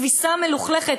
כביסה מלוכלכת,